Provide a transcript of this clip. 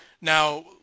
Now